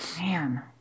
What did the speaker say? Man